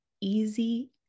easy